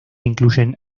incluyen